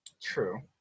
True